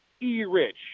E-Rich